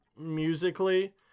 musically